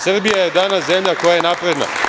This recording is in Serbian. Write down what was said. Srbija je danas zemlja koja je napredna.